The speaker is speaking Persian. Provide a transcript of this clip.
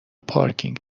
پارکینگ